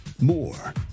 More